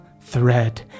thread